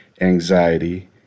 anxiety